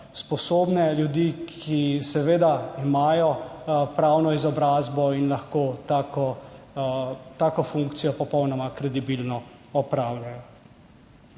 sposobne ljudi, ki imajo pravno izobrazbo in lahko tako funkcijo popolnoma kredibilno opravljajo.